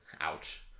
ouch